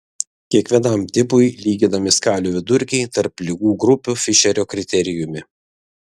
kiekvienam tipui lyginami skalių vidurkiai tarp ligų grupių fišerio kriterijumi